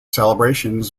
celebrations